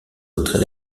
autres